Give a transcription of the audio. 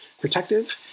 protective